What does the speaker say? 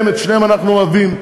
את שניהם אנחנו אוהבים,